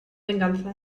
venganza